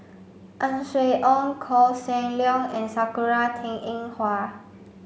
Ang Swee Aun Koh Seng Leong and Sakura Teng Ying Hua